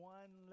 one